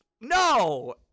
No